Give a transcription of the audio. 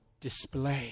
display